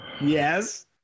Yes